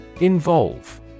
Involve